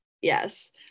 yes